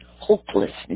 hopelessness